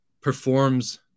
performs